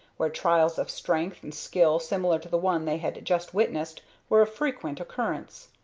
where trials of strength and skill similar to the one they had just witnessed were of frequent occurrence.